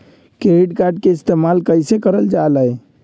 Credit card के इस्तेमाल कईसे करल जा लई?